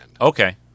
Okay